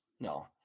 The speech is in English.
No